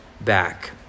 back